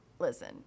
Listen